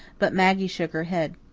but maggie shook her head.